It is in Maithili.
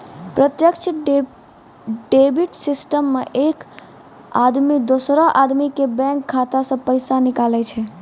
प्रत्यक्ष डेबिट सिस्टम मे एक आदमी दोसरो आदमी के बैंक खाता से पैसा निकाले छै